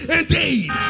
indeed